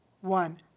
one